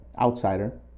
Outsider